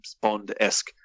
bond-esque